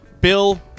Bill